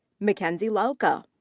mackenzie lauka.